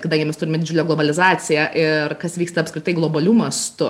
kadangi mes turime didžiulę globalizaciją ir kas vyksta apskritai globaliu mastu